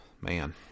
man